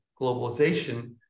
globalization